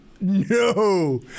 No